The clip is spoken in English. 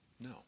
No